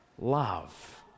love